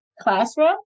classroom